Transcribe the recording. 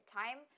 time